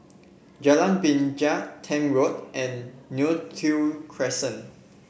Jalan Binja Tank Road and Neo Tiew Crescent